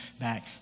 back